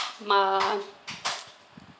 uh